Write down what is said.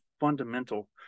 fundamental